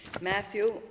Matthew